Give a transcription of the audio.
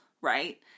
right